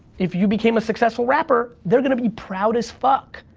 if you became a successful rapper, they're gonna be proud as fuck.